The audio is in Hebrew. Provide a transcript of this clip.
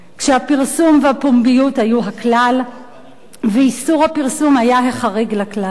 כשהפרסום והפומביות היו הכלל ואיסור הפרסום היה החריג לכלל,